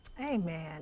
Amen